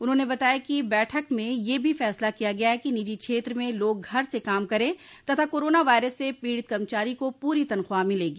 उन्होंने बताया कि बैठक में यह भी फैसला किया गया है कि निजी क्षेत्र में लोग घर से काम करें तथा कोरोना वायरस से पीड़ित कर्मचारी को पूरी तनख्वाह मिलेगी